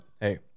Hey